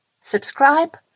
subscribe